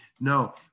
no